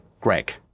greg